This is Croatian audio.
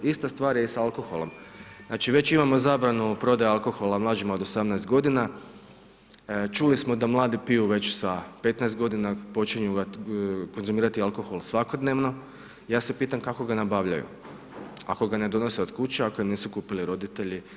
Ista stvar je i sa alkoholom, znači već imamo zabranu prodaju alkohola mlađima od 18 g. Čuli smo da mladi piju već sa 15 g. počinju ga konzumirati alkohol svakodnevno i ja se pitam kako ga nabavljaju, ako ga ne donose od kuće, ako ga donose roditelji.